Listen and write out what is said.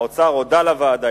האוצר הודה לוועדה,